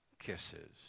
kisses